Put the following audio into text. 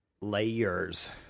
layers